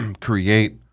create